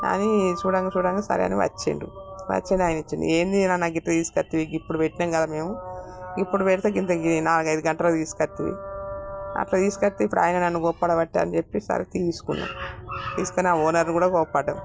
అని చూడంగా చూడంగా సరే అని వచ్చాడు వచ్చింది ఆయన ఇచ్చారు ఏంటి నాయనా గిట్లా తీసుకొస్తివి ఇప్పుడు పెట్టాం కదా మేము ఇప్పుడు పెడితే గింత నాలుగైదు గంటలకి తీసుకొస్తివి అట్లా తీసుకొస్తే ఇప్పుడు ఆయన నన్ను కోప్పడబట్టా అని చెప్పి సరే తీసుకున్నా తీసుకని ఆ ఓనర్ని కూడా కోపడ్డా